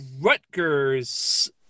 Rutgers